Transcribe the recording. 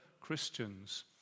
Christians